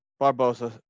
Barbosa